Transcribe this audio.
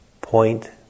point